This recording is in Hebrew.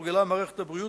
תורגלו מערכת הבריאות,